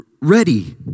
Ready